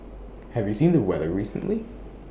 have you seen the weather recently